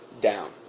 down